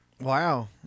wow